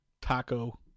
Taco